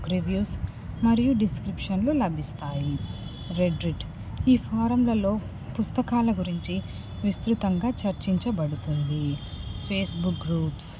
book reviews మరియు డిస్క్రిప్షన్స్లు లభిస్తాయి రెడ్రెడ్ ఈ ఫారంలలో పుస్తకాల గురించి విస్తృతంగా చర్చించబడుతుంది ఫేస్బుక్ గ్రూప్స్